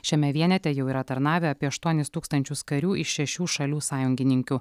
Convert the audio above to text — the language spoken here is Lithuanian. šiame vienete jau yra tarnavę apie aštuonis tūkstančius karių iš šešių šalių sąjungininkių